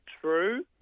true